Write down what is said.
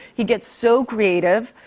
he gets so creative.